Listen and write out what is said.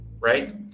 Right